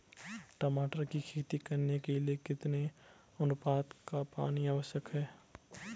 टमाटर की खेती करने के लिए कितने अनुपात का पानी आवश्यक है?